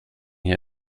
hier